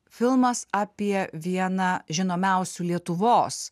filmas apie vieną žinomiausių lietuvos